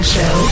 Show